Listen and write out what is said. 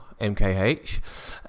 MKH